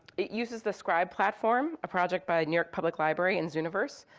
it uses the scribe platform, a project by new york public library and zooniverse,